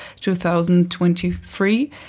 2023